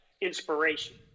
Inspiration